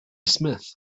smith